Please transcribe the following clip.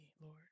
Lord